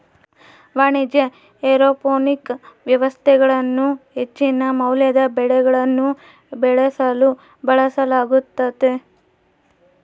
ವಾಣಿಜ್ಯ ಏರೋಪೋನಿಕ್ ವ್ಯವಸ್ಥೆಗಳನ್ನು ಹೆಚ್ಚಿನ ಮೌಲ್ಯದ ಬೆಳೆಗಳನ್ನು ಬೆಳೆಸಲು ಬಳಸಲಾಗ್ತತೆ